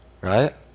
Right